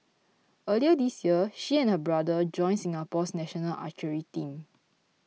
earlier this year she and her brother joined Singapore's national archery team